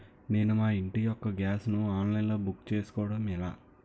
నేను మా ఇంటి యెక్క గ్యాస్ ను ఆన్లైన్ లో బుక్ చేసుకోవడం ఎలా?